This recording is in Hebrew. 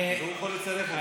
הוא יכול לצרף אותן.